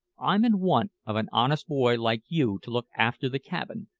i'm in want of an honest boy like you to look after the cabin,